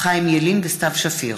חיים ילין וסתיו שפיר,